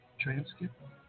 Transcript